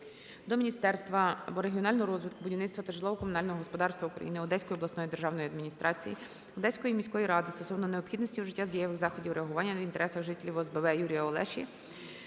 до Міністерства регіонального розвитку, будівництва та житлово-комунального господарства України, Одеської обласної державної адміністрації, Одеської міської ради стосовно необхідності вжиття дієвих заходів реагування в інтересах жителів ОСББ "ЮріяОлеші